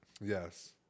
Yes